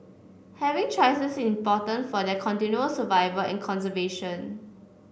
having choices is important for their continual survival and conservation